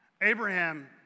Abraham